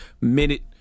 minute